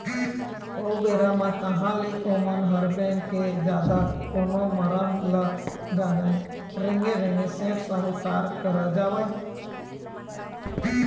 ओ बेरा म कहाँ ले ओमन ह बेंक के जादा कोनो मरम ल जानय रेंगे रेंगे सेठ साहूकार करा जावय